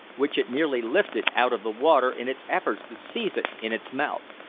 which it nearly lifted out of the water in its efforts to seize it in its mouth.